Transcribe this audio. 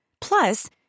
Plus